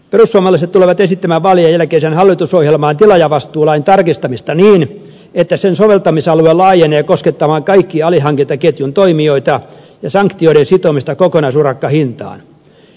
perussuomalaiset tulevat esittämään vaalien jälkeiseen hallitusohjelmaan tilaajavastuulain tarkistamista niin että sen soveltamisalue laajenee koskettamaan kaikkia alihankintaketjun toimijoita ja sanktioiden sitomista kokonaisurakkahintaan